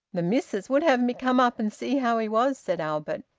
the missis would have me come up and see how he was, said albert.